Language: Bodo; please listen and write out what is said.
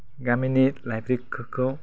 गामिनि लाइब्रेरिफोरखौ